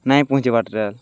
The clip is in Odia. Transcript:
ନାଇଁ ପହଞ୍ଚିବାର୍ ତା